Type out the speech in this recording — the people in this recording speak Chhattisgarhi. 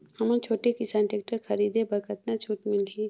हमन छोटे किसान टेक्टर खरीदे बर कतका छूट मिलही?